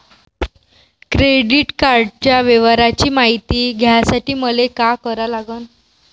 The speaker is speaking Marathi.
क्रेडिट कार्डाच्या व्यवहाराची मायती घ्यासाठी मले का करा लागन?